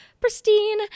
pristine